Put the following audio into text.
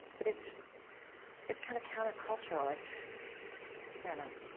but it's it's kind of countercultural. it's i don't know